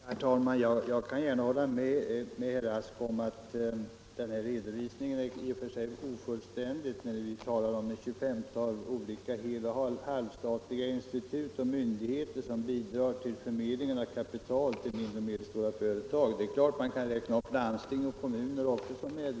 Herr talman! Jag kan gärna hålla med herr Rask om att min redovisning i och för sig var ofullständig. När vi talar om ett 25-tal olika hel och halvstatliga institut och myndigheter som bidrar till förmedlingen av kapital till mindre och medelstora företag kan man naturligtvis också räkna in landsting och kommuner.